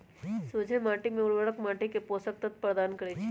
सोझें माटी में उर्वरक माटी के पोषक तत्व प्रदान करै छइ